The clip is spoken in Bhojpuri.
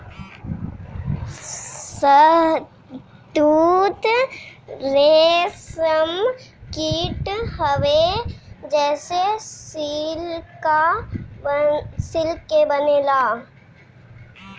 शहतूत रेशम कीट हवे जेसे सिल्क बनेला